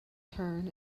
turn